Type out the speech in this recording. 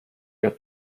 your